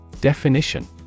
Definition